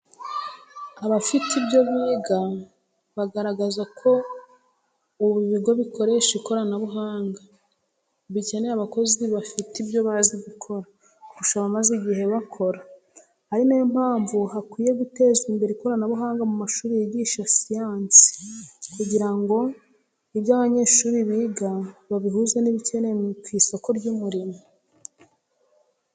Abafite ibyo bigo bagaragaza ko ubu ibigo bikoresha ikoranabuhanga, bikeneye abakozi bafite ibyo bazi gukora, kurusha abamaze igihe bakora, ari nayo mpamvu hakwiye gutezwa imbere ikoranabuhanga mu mashuri yigisha siyansi, kugira ngo ibyo abanyeshuri biga babihuze n’ibikenewe ku isoko ry’umurimo.